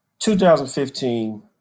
2015